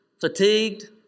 fatigued